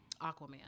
Aquaman